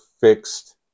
fixed